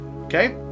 okay